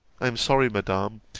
i am sorry, madam,